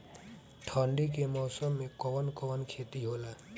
ठंडी के मौसम में कवन कवन खेती होला?